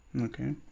Okay